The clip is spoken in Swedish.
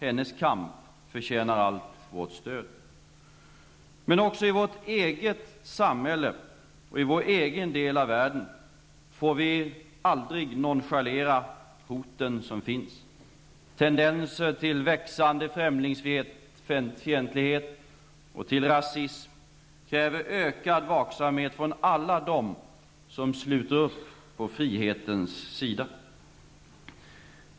Hennes kamp förtjänar allt vårt stöd. Men också i vårt eget samhälle och i vår egen del av världen får vi aldrig nonchalera hoten som finns. Tendenser till växande främlingsfientlighet och till rasism kräver ökad vaksamhet från alla dem som sluter upp på frihetens sida.